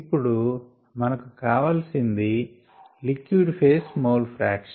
ఇప్పుడు మనకు కావలిసింది లిక్విడ్ ఫేస్ మోల్ ఫ్రాక్షన్